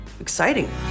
exciting